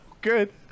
good